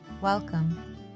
Welcome